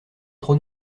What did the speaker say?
trop